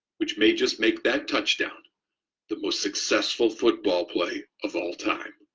which may just make that touchdown the most successful football play of all time.